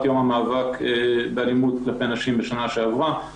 יום המאבק באלימות כלפי נשים בשנה שעברה,